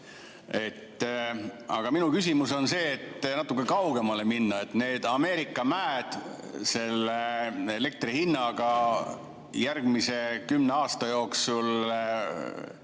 Aga minu küsimus on see. Kui natuke kaugemale minna, siis need Ameerika mäed selle elektri hinna [kujunemisel] järgmise kümne aasta jooksul